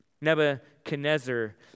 nebuchadnezzar